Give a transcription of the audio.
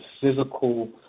physical